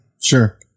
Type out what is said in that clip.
Sure